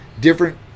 different